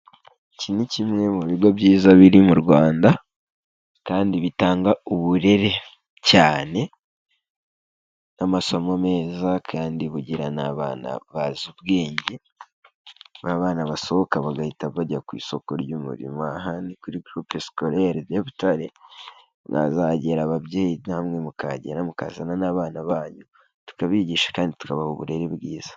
Iki ni kimwe mu bigo byiza biri mu Rwanda kandi bitanga uburere cyane n'amasomo meza kandi bugira n'abana bazi ubwenge, ba bana basohoka bagahita bajya ku isoko ry'umurimo, aha ni kuri groupe scolaire de Butare, mwazagera ababyeyi namwe mukagera mukazana n'abana banyu tukabigisha kandi turabaha uburere bwiza.